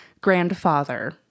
grandfather